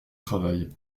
travail